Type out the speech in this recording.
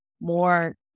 more